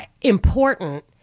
important